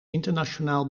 internationaal